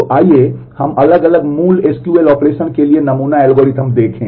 तो आइए हम अलग अलग मूल SQL ऑपरेशन के लिए नमूना एल्गोरिदम देखें